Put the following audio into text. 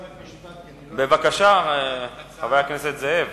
בבקשה, חבר הכנסת זאב.